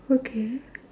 okay